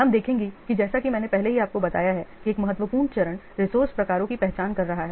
हम देखेंगे कि जैसा कि मैंने पहले ही आपको बताया है कि एक महत्वपूर्ण चरण रिसोर्से प्रकारों की पहचान कर रहा है